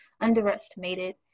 underestimated